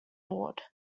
board